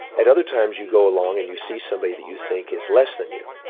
at other times you go along and you see somebody that you think is less than you,